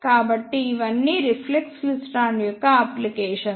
కాబట్టి ఇవన్నీ reflex klystron యొక్క అప్లికేషన్స్